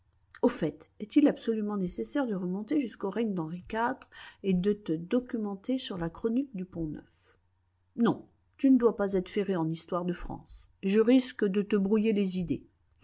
au fait est-il absolument nécessaire de remonter jusqu'au règne d'henri iv et de te documenter sur la chronique du pont-neuf non tu ne dois pas être ferré en histoire de france et je risque de te brouiller les idées